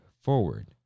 forward